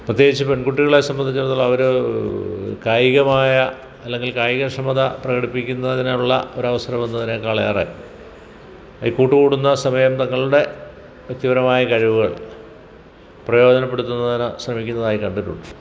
പ്രത്യേകിച്ച് പെൺകുട്ടികളെ സംബന്ധിച്ചിടത്തോളം അവര് കായികമായ അല്ലെങ്കില് കായികക്ഷമത പ്രകടിപ്പിക്കുന്നതിനുള്ള ഒരു അവസരം എന്നതിനെക്കാളേറെ ഈ കൂട്ടുകൂടുന്ന സമയം തങ്ങളുടെ വ്യക്തിപരമായ കഴിവുകൾ പ്രയോജനപ്പെടുത്തുന്നതിന് ശ്രമിക്കുന്നതായി കണ്ടിട്ടുണ്ട്